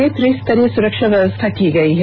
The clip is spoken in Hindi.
रांची में त्रिस्तरीय सुरक्षा व्यवस्था की गई है